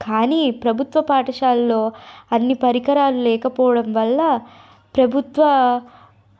కానీ ప్రభుత్వ పాఠశాలలో అన్ని పరికరాలు లేకపోవడం వల్ల ప్రబుత్వ